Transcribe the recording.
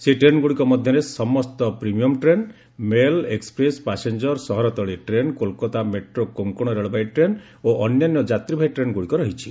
ସେହି ଟ୍ରେନ୍ଗୁଡ଼ିକ ମଧ୍ୟରେ ସମସ୍ତ premium train mail express passenger ସହରତଳି train Kolkata metro Konkan railway train ଓ ଅନ୍ୟାନ୍ୟ ଯାତ୍ରୀବାହୀ ଟ୍ରେନ୍ଗୁଡ଼ିକ ରହିଛି